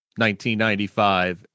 1995